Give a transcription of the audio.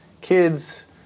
kids